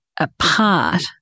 apart